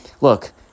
look